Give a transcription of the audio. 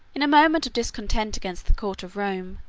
in a moment of discontent against the court of rome,